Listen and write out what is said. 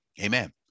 Amen